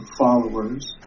followers